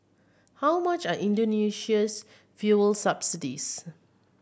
how much are Indonesia's fuel subsidies